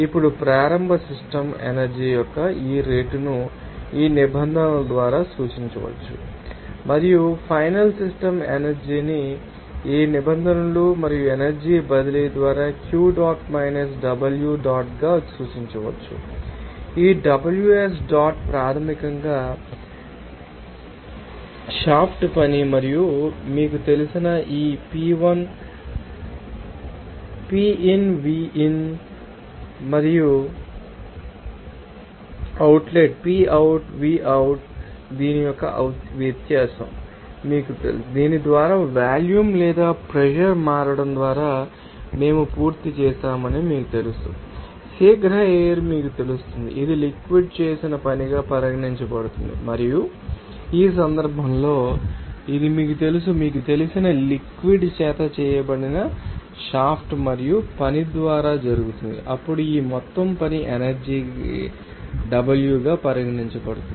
ఇప్పుడు ప్రారంభ system energy యొక్క ఈ రేటును ఈ నిబంధనల ద్వారా సూచించవచ్చు మరియు ఫైనల్ సిస్టమ్ ఎనర్జీ ని ఈ నిబంధనలు మరియు ఎనర్జీ బదిలీ ద్వారా q dot minus w dot గా సూచించవచ్చు ఈ Ws డాట్ ప్రాథమికంగా షాఫ్ట్ పని మరియు మీకు తెలిసిన ఈ P1 Pin Vin మరియు అవుట్లెట్ PoutVout దీని యొక్క వ్యత్యాసం మీకు తెలుసు దీని ద్వారా వాల్యూమ్ లేదా ప్రెషర్ మారడం ద్వారా మేము పూర్తి చేశామని మీకు తెలుసు శీఘ్ర ఎయిర్ ం మీకు తెలుసు ఇది లిక్విడ్ ం చేసిన పనిగా పరిగణించబడుతుంది మరియు ఈ సందర్భంలో ఇది మీకు తెలుసు మీకు తెలిసిన లిక్విడ్ ం చేత చేయబడిన షాఫ్ట్ మరియు పని ద్వారా జరుగుతుంది అప్పుడు ఇది మొత్తం పని ఎనర్జీ గా w గా పరిగణించబడుతుంది